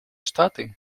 штаты